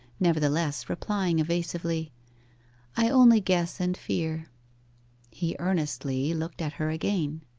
nevertheless replying evasively i only guess and fear he earnestly looked at her again.